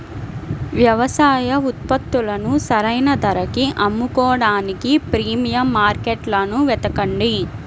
వ్యవసాయ ఉత్పత్తులను సరైన ధరకి అమ్ముకోడానికి ప్రీమియం మార్కెట్లను వెతకండి